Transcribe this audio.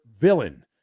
villain